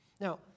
Now